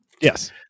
Yes